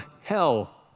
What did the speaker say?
hell